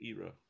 era